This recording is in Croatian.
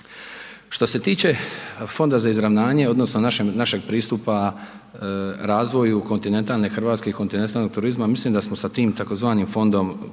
Što se tiče Fonda za izravnanje odnosno našeg pristupa razvoju kontinentalne RH i kontinentalnog turizma, mislim da smo s tim tzv. fondom